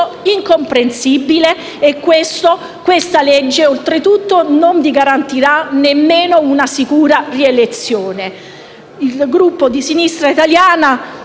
incomprensibile e questa legge, oltre tutto, non vi garantirà nemmeno una sicura rielezione.